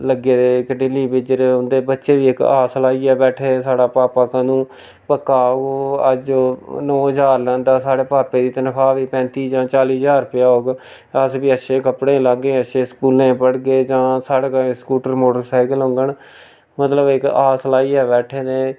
लग्गे दे इक डेल्ली बेजर उं'दे बच्चे बी इक आस लाइयै बैट्ठे दे साढ़ा पाप्पा कदूं पक्का होग अज्ज नौ ज्हार लैंदा साढ़े पाप्पे दी तनखाह् बी पैंत्ती जां चाली ज्हार रपेआ होग अस बी अच्छे कपड़े लाग्गे अच्छे स्कूलें पढ़गे जां साढ़े कश स्कूटर मोटरसैकल होङन मतलब इक आस लाइयै बैठे दे